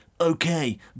Okay